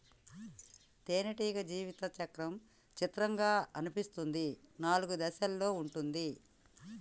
తేనెటీగ జీవిత చక్రం చిత్రంగా అనిపిస్తుంది నాలుగు దశలలో ఉంటుంది